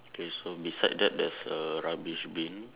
okay so beside that there's a rubbish bin